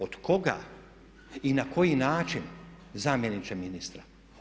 Od koga i na koji način, zamjeniče ministra?